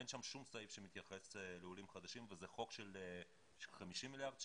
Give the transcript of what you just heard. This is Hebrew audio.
אין שם שום סעיף שמתייחס לעולים חדשים וזה חוק של 50 מיליארד שקל.